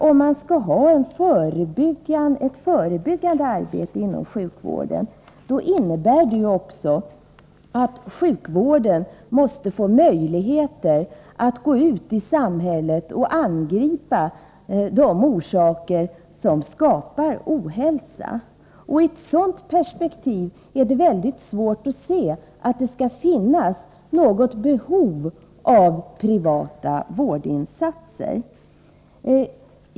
Om man skall arbeta förebyggande inom sjukvården, måste sjukvårdspersonalen också få möjligheter att gå ut i samhället och angripa de orsaker som skapar ohälsa. I ett sådant perspektiv är det mycket svårt att se att det skulle finnas något behov av privata vårdinsatser.